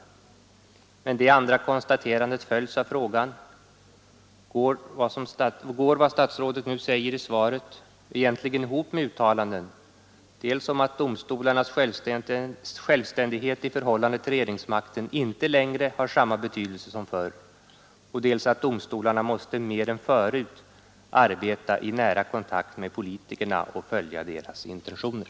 Men detta ställning i förhållande till den politiska makten andra konstaterande följs av frågan: Går vad som sägs i svaret egentligen ihop med uttalanden dels att domstolarnas självständighet i förhållande till regeringsmakten inte längre har samma betydelse som förr, dels att domstolarna måste mer än förut arbeta i nära kontakt med politikerna och följa deras intentioner?